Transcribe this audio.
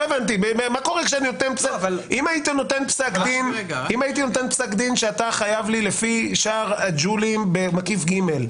אם היה ניתן פסק דין שאתה חייב לי לפי שער הג'ולים במקיף ג',